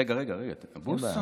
רגע, רגע, בוסו.